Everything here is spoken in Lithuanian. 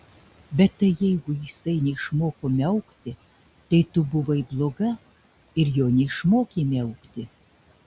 bet tai jeigu jisai neišmoko miaukti tai tu buvai bloga ir jo neišmokei miaukti